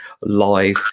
live